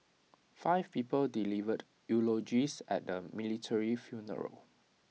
five people delivered eulogies at the military funeral